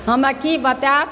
हमरा की बतायब